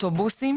אוטובוסים